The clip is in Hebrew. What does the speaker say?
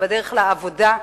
בדרך לעבודה,